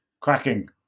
cracking